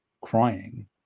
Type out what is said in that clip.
crying